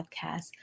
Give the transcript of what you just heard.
podcast